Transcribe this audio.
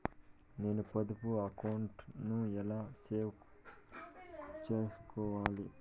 నేను పొదుపు అకౌంటు ను ఎలా సేసుకోవాలి?